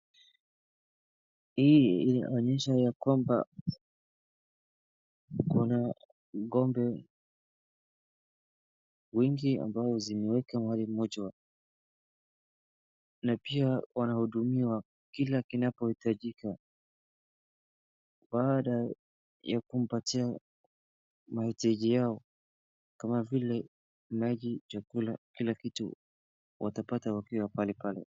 Hii inaonyesha ya kwamba kuna ng’ombe wengi ambao zimewekwa mahali mmoja. Na pia Wanahudumiwa kila kinapohitajika baada ya kumpatia mahitaji yao kama vile maji, chakula kila kitu , watapata wakiwa palepale.